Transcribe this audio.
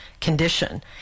condition